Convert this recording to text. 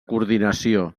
coordinació